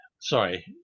Sorry